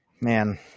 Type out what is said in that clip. Man